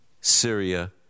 Syria